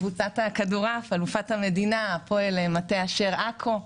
קבוצת הכדורעף אלוף המדינה הפועל מטה אשר עכו,